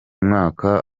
mwaka